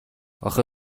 اخه